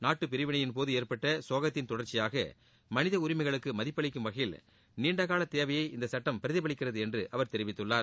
நாட்டு பிரிவினையின்போது ஏற்பட்ட சோகத்தின் தொடர்ச்சியாக மனித உரிமைகளுக்கு மதிப்பு அளிக்கும் வகையில் நீண்டகால தேவையை இந்த சட்டம் பிரதிபலிக்கிறது என்று அவர் தெரிவித்துள்ளார்